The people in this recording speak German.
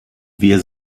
wir